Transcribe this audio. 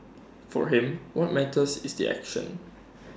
for him what matters is the action